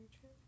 true